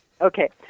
Okay